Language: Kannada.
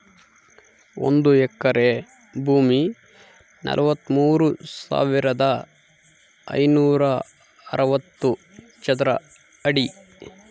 ಒಂದು ಎಕರೆ ಭೂಮಿ ನಲವತ್ಮೂರು ಸಾವಿರದ ಐನೂರ ಅರವತ್ತು ಚದರ ಅಡಿ